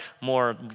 more